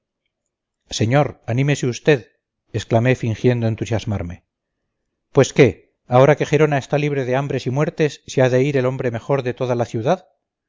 señor anímese usted exclamé fingiendo entusiasmarme pues qué ahora que gerona está libre de hambres y muertes se ha de ir el hombre mejor de toda la ciudad